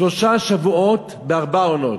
שלושה שבועות בארבע עונות,